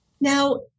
Now